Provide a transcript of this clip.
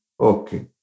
Okay